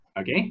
okay